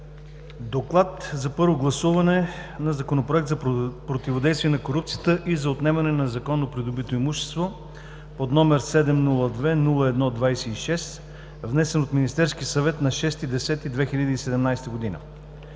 „ДОКЛАД за първо гласуване на Законопроект за противодействие на корупцията и за отнемане на незаконно придобитото имущество, № 702-01-26, внесен от Министерския съвет на 6 октомври